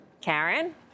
Karen